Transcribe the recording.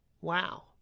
Wow